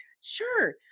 Sure